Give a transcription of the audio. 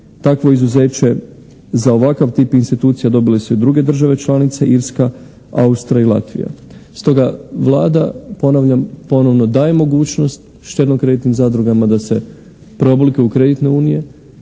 Takvo izuzeće za ovakav tip institucije dobile su i druge države članice Irska, Austrija i Latvija. Stoga Vlada, ponavljam, ponovno daje mogućnost štedno-kreditnim zadrugama da se preoblikuju u kreditne unije